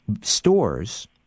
stores